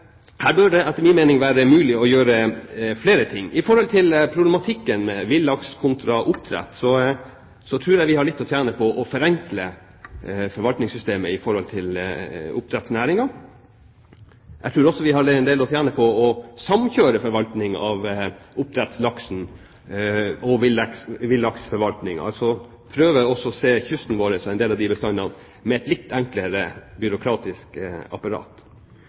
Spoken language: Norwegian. Her bør det etter min mening være mulig å gjøre flere ting. Når det gjelder problematikken villaks kontra oppdrett, så tror jeg vi har litt å tjene på å forenkle forvaltningssystemet i oppdrettsnæringen. Jeg tror også vi har en del å tjene på å samkjøre forvaltningen av oppdrettslaksen og villaksen, altså prøve å se kysten vår og en del av bestandene i sammenheng med tanke på et litt enklere byråkratisk apparat.